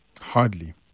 Hardly